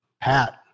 Pat